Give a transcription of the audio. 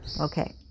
Okay